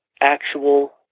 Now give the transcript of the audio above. actual